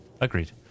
Agreed